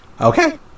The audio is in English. Okay